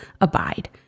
abide